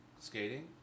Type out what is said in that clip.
skating